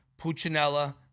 Puccinella